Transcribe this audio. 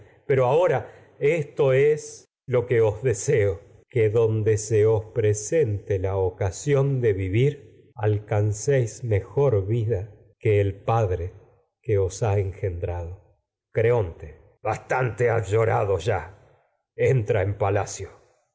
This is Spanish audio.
pero ahora se lo que os deseo que donde os presente la ocasión de vivir al cancéis mejor vida que el padre que os ha engendrado creonte bastante has llorado ya edipo entra en palacio